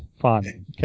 fun